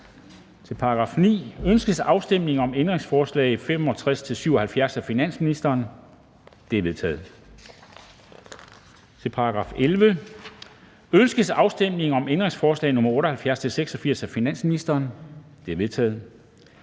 Ønskes afstemning om ændringsforslag nr. 609 af finansministeren? Det er vedtaget. Til § 37. Renter. Ønskes afstemning om ændringsforslag nr. 725-760 af finansministeren? De er vedtaget.